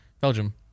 Belgium